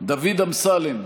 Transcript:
דוד אמסלם,